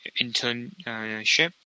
internship